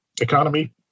economy